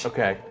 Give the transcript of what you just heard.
Okay